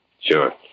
Sure